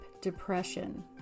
depression